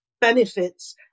benefits